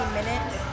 minutes